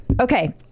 Okay